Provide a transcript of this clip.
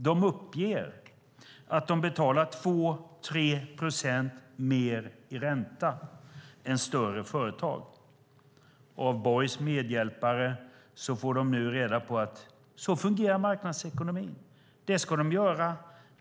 De uppger att de betalar 2-3 procent mer i ränta än större företag. Av Borgs medhjälpare får de nu reda på att marknadsekonomin fungerar så.